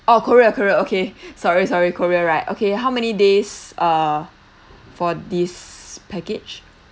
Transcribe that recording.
oh korea korea okay sorry sorry korea right okay how many days uh for this package